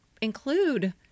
include